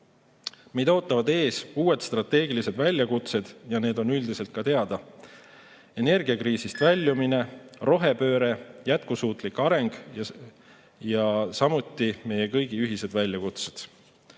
Meid ootavad ees uued strateegilised väljakutsed ja need on üldiselt teada: energiakriisist väljumine, rohepööre, jätkusuutlik areng ja samuti meie kõigi ühised väljakutsed.